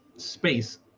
space